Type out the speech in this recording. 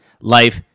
Life